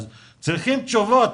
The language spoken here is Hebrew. צריך לקבל תשובות.